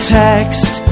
text